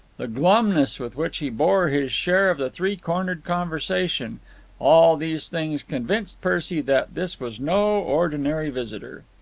the glumness with which he bore his share of the three-cornered conversation all these things convinced percy that this was no ordinary visitor.